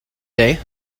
day